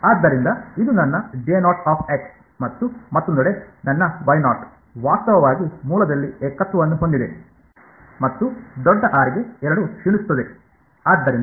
ಆದ್ದರಿಂದ ಇದು ನನ್ನ ಮತ್ತು ಮತ್ತೊಂದೆಡೆ ನನ್ನ ವಾಸ್ತವವಾಗಿ ಮೂಲದಲ್ಲಿ ಏಕತ್ವವನ್ನು ಹೊಂದಿದೆ ಮತ್ತು ದೊಡ್ಡ ಆರ್ ಗೆ ಎರಡೂ ಕ್ಷೀಣಿಸುತ್ತದೆ